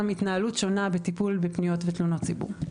התנהלות שונה בטיפול בפניות ותלונות ציבור.